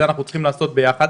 אנחנו צריכים לעשות את זה יחד.